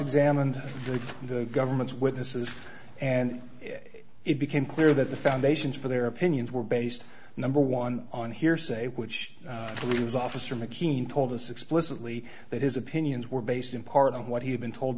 examine the government's witnesses and it became clear that the foundations for their opinions were based number one on hearsay which is officer mckean told us explicitly that his opinions were based in part on what he had been told